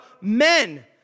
men